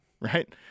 right